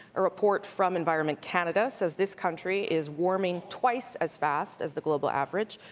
a report from environment canada says this country is warming twice as fast as the global average.